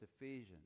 Ephesians